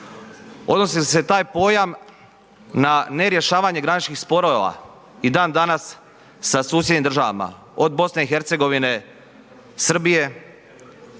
Odnosili li se taj pojam na ne rješavanje graničnih sporova i dan danas sa susjednim državama od BiH, Srbije?